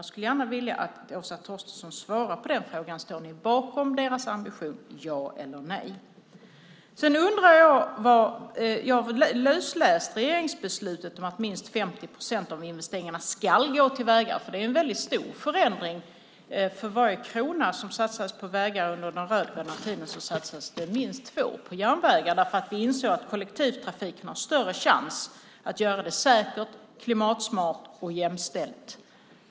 Jag skulle gärna vilja att Åsa Torstensson svarar på frågan: Står ni bakom denna ambition - ja eller nej? Jag har lusläst regeringsbeslutet om att minst 50 procent av investeringarna ska gå till vägar. Det är en väldigt stor förändring. För varje krona som satsades på vägar under den rödgröna tiden satsades det minst två på järnvägar därför att vi insåg att kollektivtrafiken har större chans att göra resandet säkert, klimatsmart och jämställt.